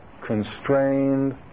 constrained